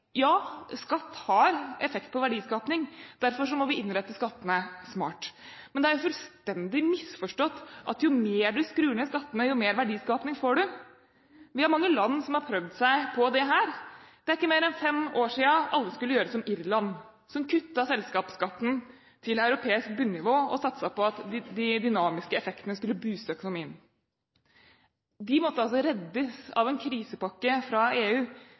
Ja, skatt har effekt på verdiskaping. Derfor må vi innrette skattene smart. Men det er fullstendig misforstått at jo mer du skrur ned skattene, jo mer verdiskaping får du. Vi har mange land som har prøvd seg på dette. Det er ikke mer enn fem år siden at alle skulle gjøre som Irland, som kuttet selskapsskatten til et europeisk bunnivå og satset på at de dynamiske effektene skulle booste økonomien. De måtte altså reddes av en krisepakke fra EU.